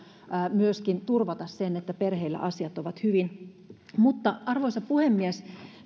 turvata sen että perheillä asiat ovat hyvin arvoisa puhemies